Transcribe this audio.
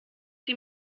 die